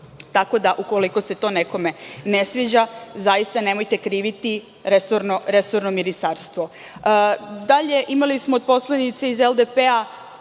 Tako da, ukoliko se to nekome ne sviđa, zaista nemojte kriviti resorno ministarstvo. Dalje, imali smo od poslanice iz LDP